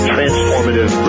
Transformative